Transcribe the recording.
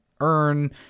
earn